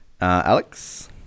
Alex